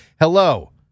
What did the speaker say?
hello